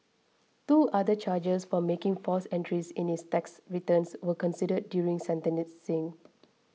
two other charges for making false entries in his tax returns were considered during